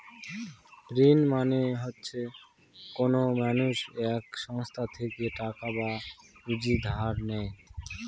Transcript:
ঋণ মানে হচ্ছে কোনো মানুষ এক সংস্থা থেকে টাকা বা পুঁজি ধার নেয়